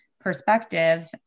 perspective